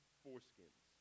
foreskins